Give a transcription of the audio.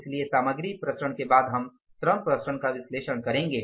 इसलिए सामग्री विचरण के बाद हम श्रम विचरण का विश्लेषण करेंगे